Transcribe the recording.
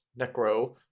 necro